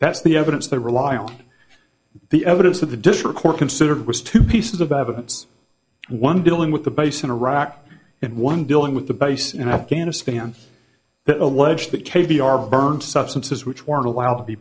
that's the evidence they rely on the evidence that the district court considered was two pieces of evidence one dealing with the base in iraq and one dealing with the base in afghanistan that allege that k b r burnt substances which weren't allowed to be